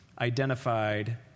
identified